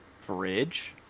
Fridge